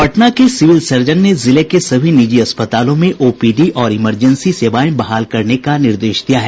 पटना के civil surgeon ने निजी अस्पतालों में ओपीडी और इमरजेंसी सेवायें बहाल करने का निर्देश दिया है